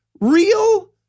real